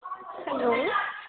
hello